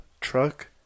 truck